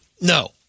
No